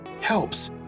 helps